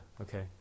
Okay